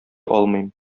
алмыйм